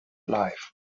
life